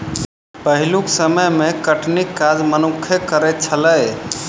पहिलुक समय मे कटनीक काज मनुक्खे करैत छलै